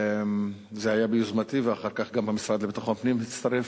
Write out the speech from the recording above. זה היה ביוזמתי ואחר כך גם המשרד לביטחון פנים הצטרף,